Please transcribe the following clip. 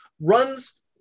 runs